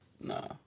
Nah